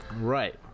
Right